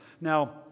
Now